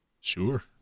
Sure